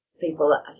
people